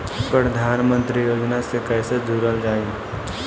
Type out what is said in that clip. प्रधानमंत्री योजना से कैसे जुड़ल जाइ?